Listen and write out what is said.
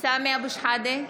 סמי אבו שחאדה,